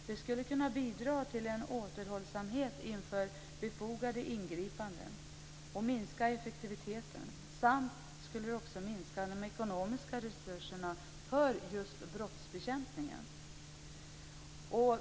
Det skulle kunna bidra till en återhållsamhet inför befogade ingripanden, minska effektiviteten samt minska de ekonomiska resurserna för just brottsbekämpningen.